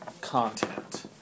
content